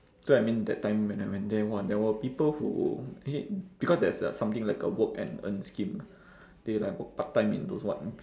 so I mean that time when I went there !wah! there were people who is it because there's something like a work and earn scheme they like work part time in those what